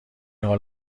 حال